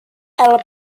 elle